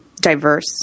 diverse